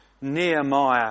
Nehemiah